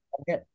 Okay